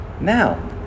Now